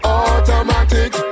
automatic